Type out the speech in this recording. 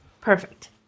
Perfect